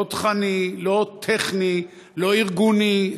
לא תוכני, לא טכני, לא ארגוני.